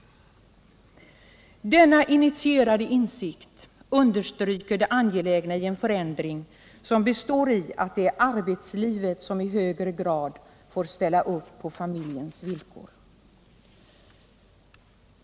Denna initierade insikt understryker det angelägna i en förändring som består i att det är arbetslivet som i högre grad får ställa upp på familjens villkor.